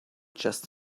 just